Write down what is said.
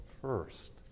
first